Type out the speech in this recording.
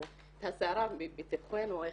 את הסערה בתוכנו איך,